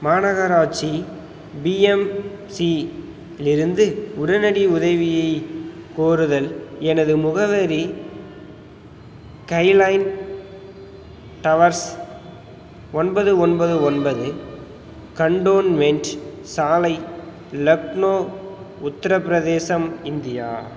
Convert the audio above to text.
மாநகராட்சி பிஎம்சியிலிருந்து உடனடி உதவியை கோருதல் எனது முகவரி கைலைன் டவர்ஸ் ஒன்பது ஒன்பது ஒன்பது கன்டோன்மென்ட் சாலை லக்னோ உத்திரப்பிரதேசம் இந்தியா